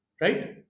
right